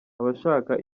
abashaka